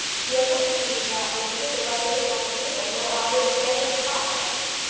he almost believed that, were the paper left open on the table, no eye would examine its contents.